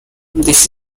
this